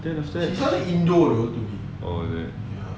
then after that oh is it